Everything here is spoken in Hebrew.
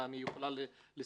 יש